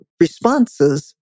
responses